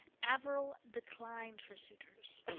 averil declined her suitors.